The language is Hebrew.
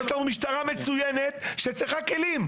יש לנו משטרה מצוינת שצריכה כלים.